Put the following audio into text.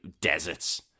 deserts